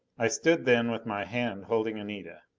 i stood then with my hand holding anita.